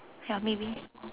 ya maybe